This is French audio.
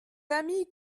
familles